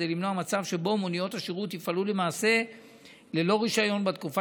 כדי למנוע מצב שבו מוניות השירות יפעלו למעשה ללא רישיון בתקופה